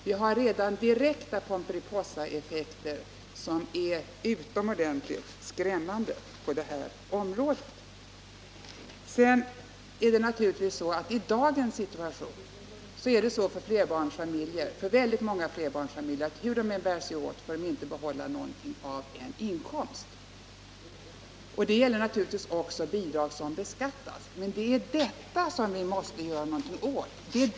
Vi har redan nu direkta Pomperipossaeffekter på det här området som är utomordentligt skrämmande. I dagens situation är det så för väldigt många flerbarnsfamiljer att de, hur de än bär sig åt, inte får behålla någonting av sin inkomst. Det gäller naturligtvis också bidrag som beskattas, men det är detta som vi måste göra någonting åt.